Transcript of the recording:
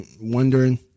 wondering